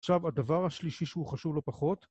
עכשיו, הדבר השלישי שהוא חשוב לא פחות.